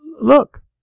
look